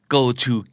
Go-to